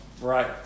Right